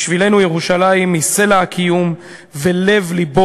בשבילנו ירושלים היא סלע הקיום ולב-לבו